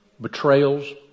Betrayals